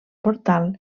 portal